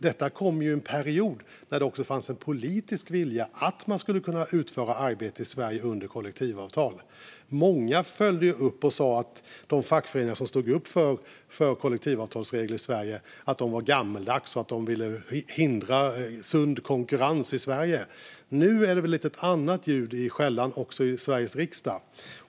Detta kom ju i en period då det fanns en politisk vilja att människor skulle kunna utföra arbete i Sverige under kollektivavtal. Många följde upp detta och sa att de fackföreningar som stod upp för kollektivavtalsregler i Sverige var gammaldags och ville hindra sund konkurrens i Sverige. Nu är det lite annat ljud i skällan också i Sveriges riksdag.